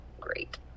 great